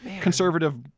conservative